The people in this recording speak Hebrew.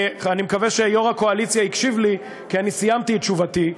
אני מקווה שיו"ר הקואליציה הקשיב לי כי אני סיימתי את תשובתי,